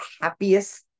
happiest